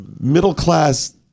middle-class